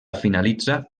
finalitza